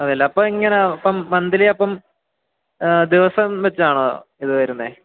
അതെയല്ലേ അപ്പം എങ്ങനെയാണ് മന്ത്ലി അപ്പം ദിവസം വച്ചാണോ ഇതു വരുന്നത്